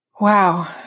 Wow